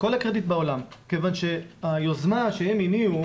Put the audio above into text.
כל הקרדיט בעולם כיוון שהיוזמה שהם הניעו